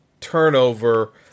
turnover